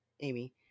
amy